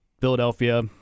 Philadelphia